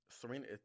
Serena